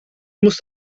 muss